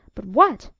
but what?